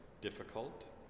difficult